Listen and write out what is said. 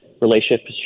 relationship